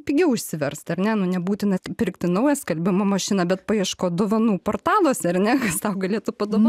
pigiau išsiverst ar ne nu nebūtina pirkti naują skalbimo mašiną bet paieškot dovanų portaluose ar ne tau galėtų padova